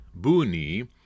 Buni